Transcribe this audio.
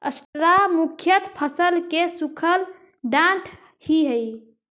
straw मुख्यतः फसल के सूखल डांठ ही हई